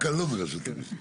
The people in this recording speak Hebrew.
דווקא לא מרשות המיסים.